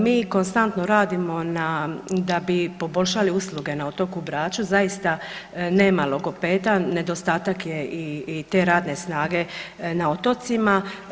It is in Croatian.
Mi konstantno radimo na da bi poboljšali usluge na otoku Braču, zaista nema logopeda, nedostatak je i te radne snage na otocima.